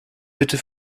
bitte